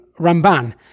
ramban